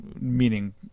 meaning